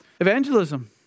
Evangelism